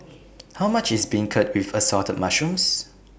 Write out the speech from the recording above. How much IS Beancurd with Assorted Mushrooms